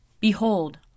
Behold